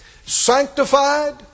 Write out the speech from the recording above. sanctified